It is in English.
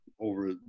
over